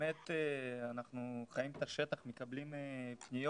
באמת אנחנו חיים את השטח ואנחנו מקבלים פניות,